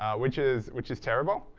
ah which is which is terrible.